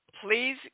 Please